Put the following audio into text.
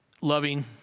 loving